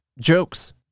jokes